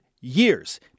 years